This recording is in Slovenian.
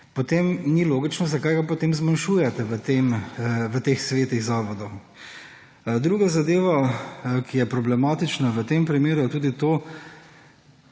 potem ni logično, zakaj ga potem zmanjšujete v teh svetih zavodov. Druga zadeva, ki je problematična v tem primeru, je tudi to,